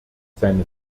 seine